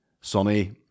Sonny